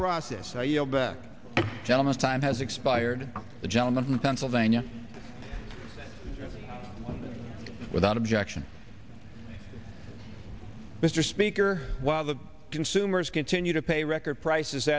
process i yield back gentleman's time has expired the gentleman from pennsylvania without objection mr speaker while the consumers continue to pay record prices